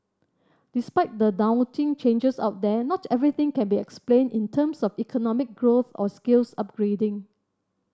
despite the daunting changes out there not everything can be explained in terms of economic growth or skills upgrading